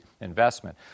investment